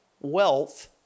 wealth